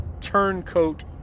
turncoat